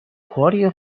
کاریه